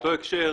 באותו הקשר,